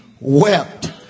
wept